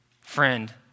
Friend